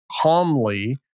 calmly